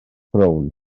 brown